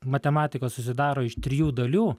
matematikos susidaro iš trijų dalių